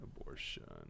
Abortion